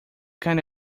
kind